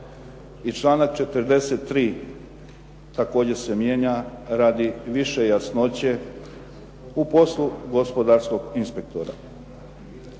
članak 43. također se mijenja radi više jasnoće u poslu gospodarskog inspektora.